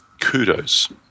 kudos